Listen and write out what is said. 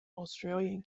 australian